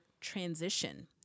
transition